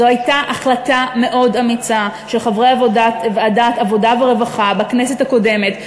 זאת הייתה החלטה מאוד אמיצה של חברי ועדת העבודה והרווחה בכנסת הקודמת,